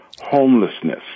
homelessness